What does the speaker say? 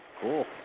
Cool